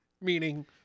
Meaning